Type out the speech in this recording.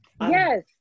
yes